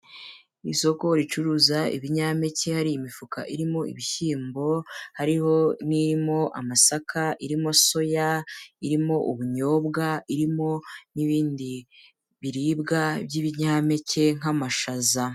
Ni isoko ricuruza ibinyampeke, harimo imifuka irimo ibishyimbo, hariho n'irimo amasaka, irimo soya, irimo ubunyobwa, irimo n'ibindi biribwa by'ibinyampeke nk'amashaza.